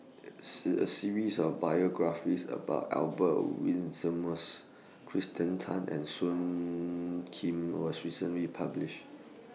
A series of biographies about Albert Winsemius Kirsten Tan and Soon Kim was recently published